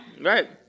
right